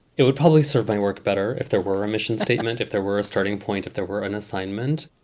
it would probably serve my work better if there were a mission statement, if there were a starting point, if there were an assignment.